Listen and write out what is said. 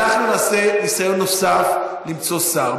אנחנו נעשה ניסיון נוסף למצוא שר.